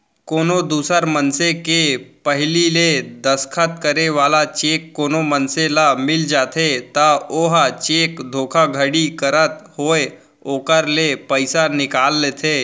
कोनो दूसर मनसे के पहिली ले दस्खत करे वाला चेक कोनो मनसे ल मिल जाथे त ओहा चेक धोखाघड़ी करत होय ओखर ले पइसा निकाल लेथे